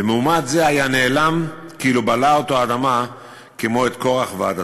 ומועמד זה היה נעלם כאילו בלעה אותו האדמה כמו את קורח ועדתו.